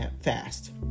fast